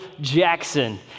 Jackson